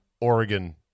Oregon